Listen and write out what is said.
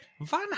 Van